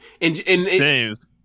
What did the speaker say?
James